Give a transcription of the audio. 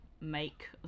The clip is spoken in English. make